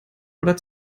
oder